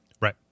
right